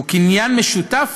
שהוא קניין משותף